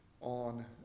on